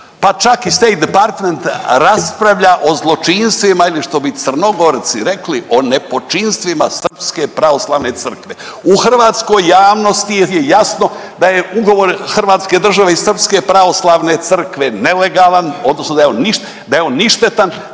pa čak i State Department raspravlja o zločinstvima ili što bi Crnogorci rekli o nepočinstvima srpske pravoslavne crkve. U hrvatskoj javnosti je jasno da je ugovor Hrvatske države i Srpske pravoslavne crkve nelegalan, odnosno da je on ništetan,